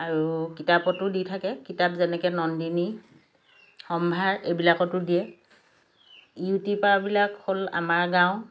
আৰু কিতাপতো দি থাকে কিতাপ যেনেকৈ নন্দিনী সম্ভাৰ এইবিলাকতো দিয়ে ইউটিউবাৰবিলাক হ'ল আমাৰ গাঁও